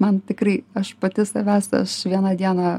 man tikrai aš pati savęs aš vieną dieną